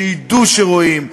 שידעו שרואים,